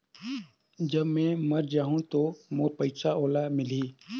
जब मै मर जाहूं तो मोर पइसा ओला मिली?